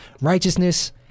righteousness